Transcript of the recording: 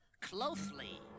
closely